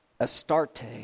Astarte